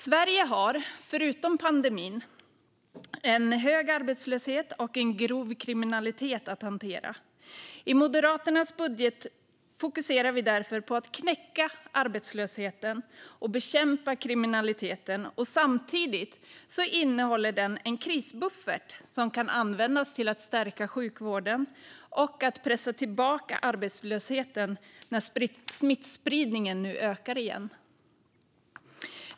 Sverige har, förutom pandemin, en hög arbetslöshet och en grov kriminalitet att hantera. I Moderaternas budget fokuserar vi därför på att knäcka arbetslösheten och bekämpa kriminaliteten. Samtidigt innehåller den en krisbuffert som kan användas till att stärka sjukvården och att pressa tillbaka arbetslösheten när smittspridningen nu ökar igen.